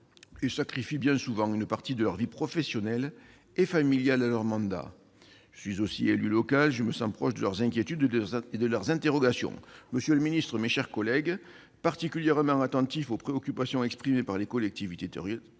et sacrifient bien souvent une partie de leur vie professionnelle et familiale à leur mandat. Je suis aussi élu local, je me sens proche de leurs inquiétudes et de leurs interrogations. Monsieur le ministre, mes chers collègues, particulièrement attentif aux préoccupations exprimées par les collectivités territoriales,